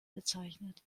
bezeichnet